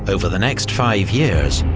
over the next five years,